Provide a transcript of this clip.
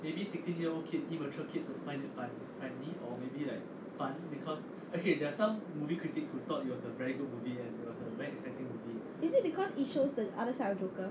is it because it shows the other side of joker